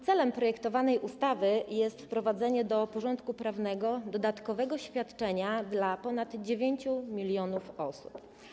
Celem projektowanej ustawy jest wprowadzenie do porządku prawnego dodatkowego świadczenia dla ponad 9 mln osób.